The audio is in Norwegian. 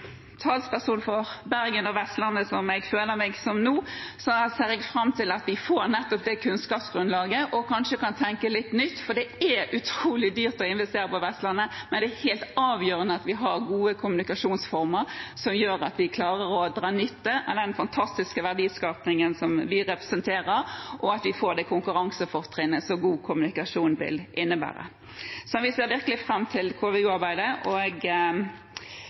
talsperson for Bergen og Vestlandet, som jeg føler meg som nå, ser jeg fram til at vi får nettopp det kunnskapsgrunnlaget og kanskje kan tenke litt nytt, for det er utrolig dyrt å investere på Vestlandet. Men det er helt avgjørende at vi har gode kommunikasjonsformer som gjør at vi klarer å dra nytte av den fantastiske verdiskapingen som vi representerer, og at vi får det konkurransefortrinnet som god kommunikasjon vil innebære. Så vi ser virkelig fram til